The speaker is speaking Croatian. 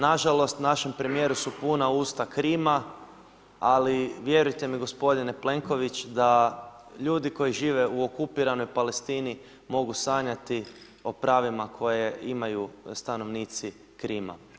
Nažalost, našem premijeru su puna usta Krima, ali vjerujte mi gospodine Plenković da ljudi koji žive u okupiranoj Palestini mogu sanjati o pravima koje imaju stanovnici Krima.